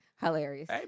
hilarious